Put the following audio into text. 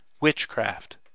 witchcraft